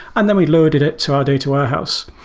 and then we loaded it to our data warehouse.